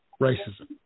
racism